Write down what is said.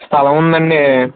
స్తలం ఉందండి